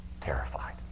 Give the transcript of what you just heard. terrified